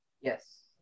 Yes